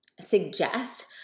suggest